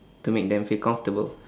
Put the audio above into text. to make them feel comfortable